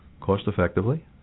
cost-effectively